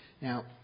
Now